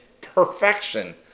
Perfection